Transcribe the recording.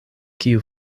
kiu